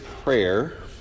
prayer